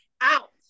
out